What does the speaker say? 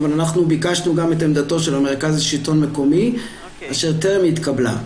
אבל ביקשנו גם את עמדתו של המרכז לשלטון המקומי אשר טרם התקבלה.